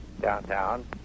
downtown